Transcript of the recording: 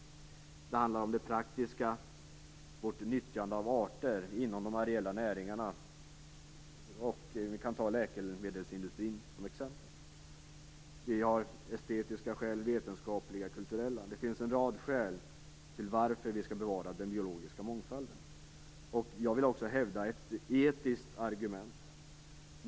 Det handlar om det praktiska och vårt nyttjande av arter inom de areella näringarna. Vi kan ta läkemedelsindustrin som exempel. Vi har också estetiska, vetenskapliga och kulturella skäl. Det finns en rad skäl till varför vi skall bevara den biologiska mångfalden. Jag vill också hävda ett etiskt argument.